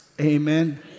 Amen